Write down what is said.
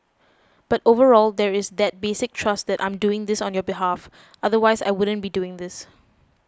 but overall there is that basic trust that I'm doing this on your behalf otherwise I wouldn't be doing this